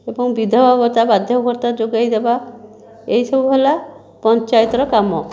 ଏବଂ ବିଧବା ଭତ୍ତା ବାର୍ଦ୍ଧକ୍ୟ ଭତ୍ତା ଯୋଗାଇଦେବା ଏହିସବୁ ହେଲା ପଞ୍ଚାୟତର କାମ